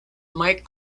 mike